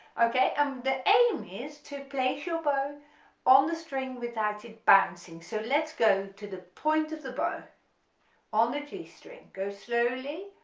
okay and um the aim is to place your bow on the string without it bouncing so let's go to the point of the bow on the g string, go slowly